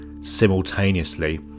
simultaneously